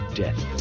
death